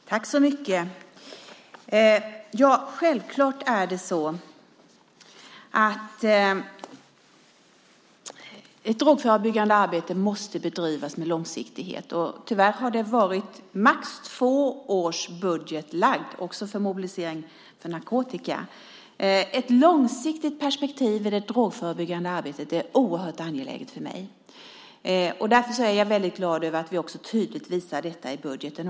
Fru talman! Tack så mycket! Självklart är det så att ett drogförebyggande arbete måste bedrivas med långsiktighet. Tyvärr har det varit max två års budget lagd också för Mobilisering mot narkotika. Ett långsiktigt perspektiv i det drogförebyggande arbetet är oerhört angeläget för mig. Därför är jag väldigt glad över att vi också tydligt visar detta i budgeten.